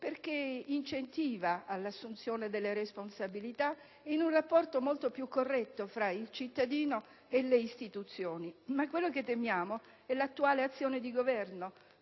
perché incentiva all'assunzione delle responsabilità in un rapporto molto più corretto tra il cittadino e le istituzioni. Quello che temiamo è l'attuale azione di Governo.